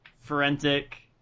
forensic